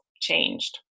changed